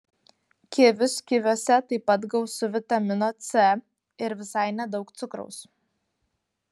kivius kiviuose taip pat gausu vitamino c ir visai nedaug cukraus